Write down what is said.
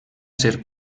ser